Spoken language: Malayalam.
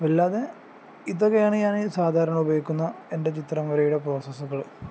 അല്ലാതെ ഇതൊക്കെയാണ് ഞാൻ സാധാരണ ഉപയോഗിക്കുന്ന എൻ്റെ ചിത്രം വരയുടെ പ്രോസസ്സുകൾ